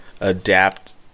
adapt